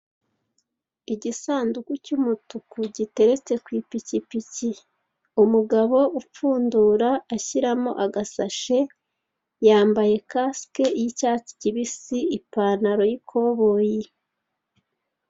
Igisanduku cy'umutuku giteretse ku ipikipiki, umugabo upfundura ashyiramo agasashi, yambaye kasike y'icyatsi kibisi, ipantaro y'ikoboyi.